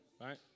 right